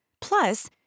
Plus